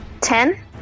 Ten